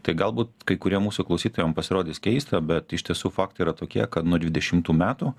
tai galbūt kai kuriem mūsų klausytojam pasirodys keista bet iš tiesų faktai yra tokie kad nuo dvidešimtų metų